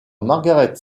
margaret